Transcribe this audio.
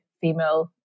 female